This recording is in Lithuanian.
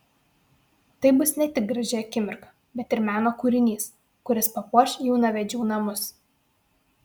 tai bus ne tik graži akimirka bet ir meno kūrinys kuris papuoš jaunavedžių namus